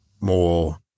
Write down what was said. more